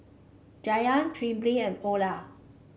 Jayda Trilby and Eola